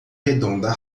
redonda